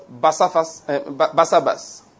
Basabas